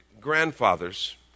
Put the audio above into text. Grandfathers